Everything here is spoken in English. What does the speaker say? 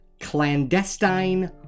Clandestine